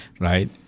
right